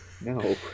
No